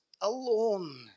alone